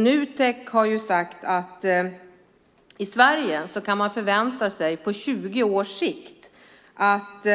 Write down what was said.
Nutek har sagt att vi i Sverige kan förvänta oss att